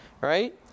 Right